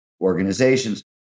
organizations